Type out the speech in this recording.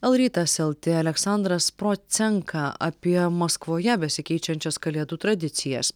el rytas lt aleksandras procenka apie maskvoje besikeičiančias kalėdų tradicijas